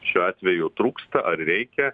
šiuo atveju trūksta ar reikia